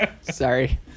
Sorry